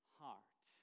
heart